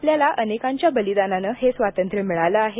आपल्याला अनेकांच्या बलिदानानं हे स्वातंत्र्य मिळालं आहे